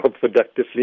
productively